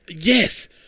yes